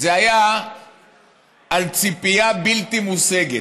זה היה על ציפייה בלתי מושגת,